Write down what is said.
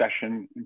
session